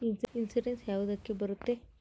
Insurance ಯಾವ ಯಾವುದಕ್ಕ ಬರುತ್ತೆ?